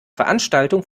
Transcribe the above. veranstaltung